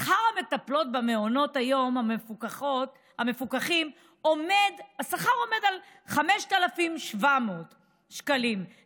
שכר המטפלות במעונות היום המפוקחים עומד על 5,700 שקלים,